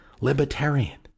libertarian